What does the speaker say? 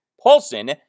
Paulson